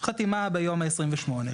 חתימה ביום ה-28.